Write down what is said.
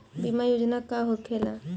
बीमा योजना का होखे ला?